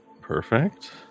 Perfect